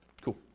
Cool